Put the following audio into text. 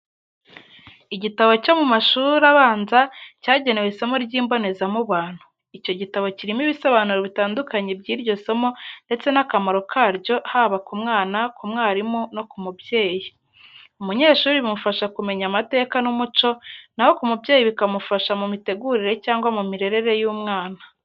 Igitabo cyo mu mashuri abanza cyagenewe isomo ry'imboneza mubano. Icyo gitabo kirimo ibisobanuro bitandukanye by'iryo somo ndetse n'akamaro karyo haba ku mwana, ku mwarimu no ku mubyeyi. Umunyeshuri bimufasha kumenya amateka n'umuco, naho ku mubyeyi bikamufasha mu mitegurire cyangwa mu mirerere y'umwana.